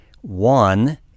One